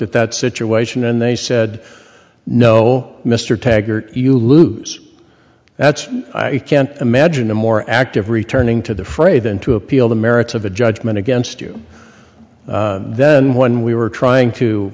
at that situation and they said no mr taggart you lose that's i can't imagine a more active returning to the fray than to appeal the merits of a judgment against you then when we were trying to